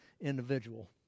individual